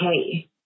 okay